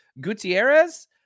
Gutierrez